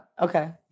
Okay